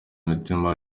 imitima